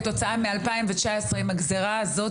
כתוצאה מ-2019 עם הגזירה הזו,